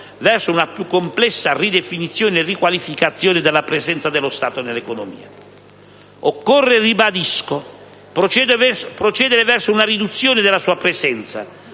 verso una più complessa ridefinizione e riqualificazione della presenza dello Stato nell'economia. Occorre, lo ribadisco, procedere verso una riduzione della sua presenza,